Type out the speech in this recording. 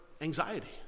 anxiety